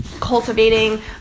cultivating